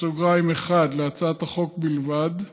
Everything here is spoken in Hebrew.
להצעת החוק בלבד,